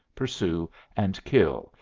pursue and kill,